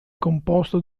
composto